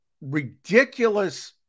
ridiculous